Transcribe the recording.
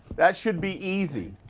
that should be easy.